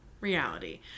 reality